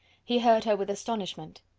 he heard her with astonishment.